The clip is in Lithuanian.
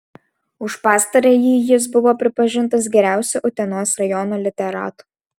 už pastarąjį jis buvo pripažintas geriausiu utenos rajono literatu